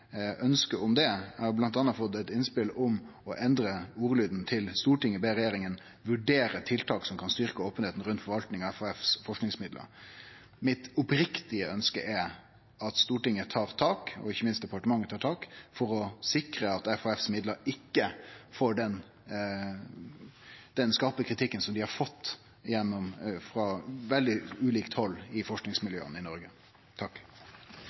om det. Eg har bl.a. fått eit innspel om å endre ordlyden til: «Stortinget ber regjeringen vurdere tiltak som kan styrke åpenheten rundt forvaltningen av FHFs forskningsmidler.» Mitt oppriktige ønske er at Stortinget tar tak, og ikkje at minst departementet tar tak, for å sikre at FHF ikkje får den skarpe kritikken som dei har fått frå veldig ulike hald i forskingsmiljøa i Noreg.